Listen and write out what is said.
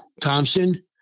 Thompson